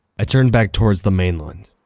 i turned back towards the mainland.